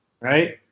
Right